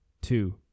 two